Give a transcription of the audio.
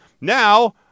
Now